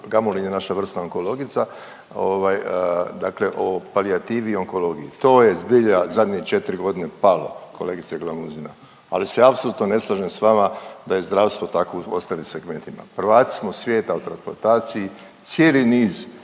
Gamulin je naša vrsna onkologica. Dakle o palijativi i onkologiji. To je zbilja zadnje četiri godine palo kolegice Glamuzina, ali se apsolutno ne slažem sa vama da je zdravstvo takvo u ostalim segmentima. Prvaci smo svijeta u transplantaciji. Cijeli niz